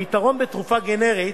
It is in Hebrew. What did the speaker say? היתרון בתרופה גנרית